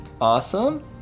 Awesome